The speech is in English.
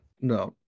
No